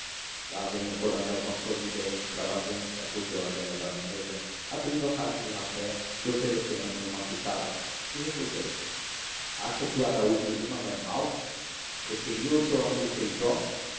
lá vem o coronel com as suas idéias extravagantes acudiu a velha baronesa abrindo a caixa de rapé e oferecendo me uma pitada que recusei acha que o araújo lima vai mal preferia o seu amigo feijó